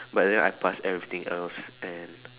but then I pass everything else and